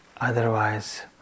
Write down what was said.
Otherwise